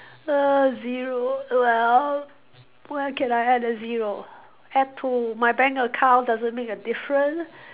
err zero well where can I add a zero add to my bank account doesn't make a different